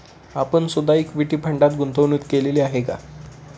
आपण सुद्धा इक्विटी फंडात गुंतवणूक केलेली आहे का?